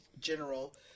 general